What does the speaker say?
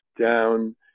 down